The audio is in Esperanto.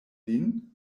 lin